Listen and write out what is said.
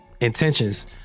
Intentions